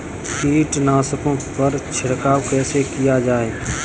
कीटनाशकों पर छिड़काव कैसे किया जाए?